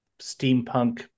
steampunk